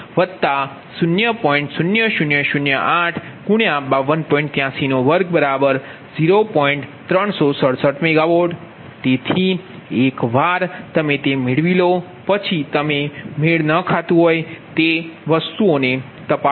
તેથી એકવાર તમે તે મેળવી લો પછી તમે મેળ ન ખાતુ હોય તે તપાસો